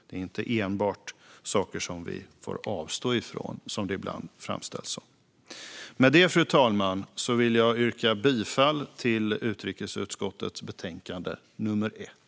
Det är inte enbart så att vi får avstå från saker, vilket det ibland framställs som. Fru talman! Med det vill jag yrka bifall till förslaget i utrikesutskottets betänkande nr 1.